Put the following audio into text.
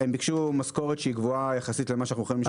כי הם ביקשו משכורת שהיא גבוהה יחסית למה שאנחנו יכולים לשלם.